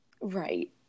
Right